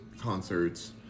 concerts